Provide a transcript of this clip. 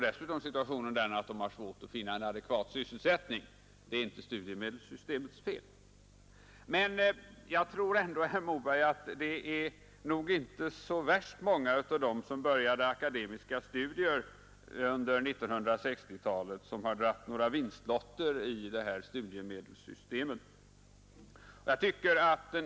Dessutom är situationen den att de har svårt att finna en adekvat sysselsättning, men det är inte studiemedelssystemets fel. Jag tror ändå, herr Moberg, att det inte är så värst många av dem som började akademiska studier under 1960-talet som har dragit några vinstlotter i det här studiemedelssystemet.